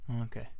okay